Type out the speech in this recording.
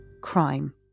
crime